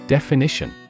Definition